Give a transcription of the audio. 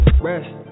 Rest